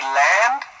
land